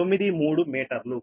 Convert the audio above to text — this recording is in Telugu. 0693 మీటర్లు